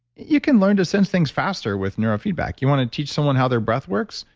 you can learn to sense things faster with neurofeedback. you want to teach someone how their breath works,